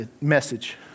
message